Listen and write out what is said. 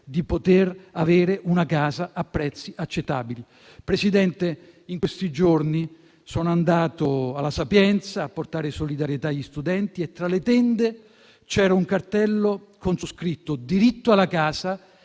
di poter avere una casa a prezzi accettabili. Signor Presidente, in questi giorni sono andato all'università «La Sapienza» a portare solidarietà agli studenti. Tra le tende c'era un cartello con su scritto: «diritto alla casa